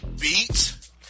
Beat